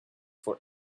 for